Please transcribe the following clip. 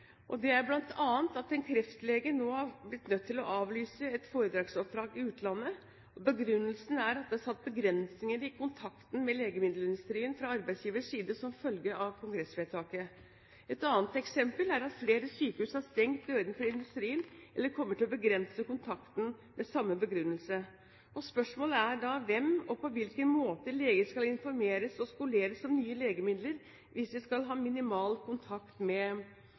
å avlyse et foredragsoppdrag i utlandet. Begrunnelsen er at det er satt begrensninger i kontakten med legemiddelindustrien fra arbeidsgivers side som følge av kongressvedtaket. Et annet eksempel er at flere sykehus har stengt dørene for industrien, eller kommer til å begrense kontakten – med samme begrunnelse. Spørsmålet er da: Hvem skal informeres og skoleres, og på hvilken måte skal leger informeres og skoleres om nye legemidler hvis de skal ha minimal kontakt med